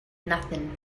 nothing